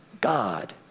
God